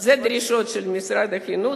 זה דרישות של משרד החינוך,